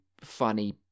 funny